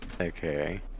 Okay